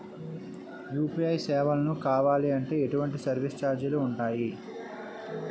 UPI సేవలను కావాలి అంటే ఎటువంటి సర్విస్ ఛార్జీలు ఉంటాయి?